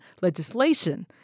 legislation